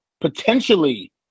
potentially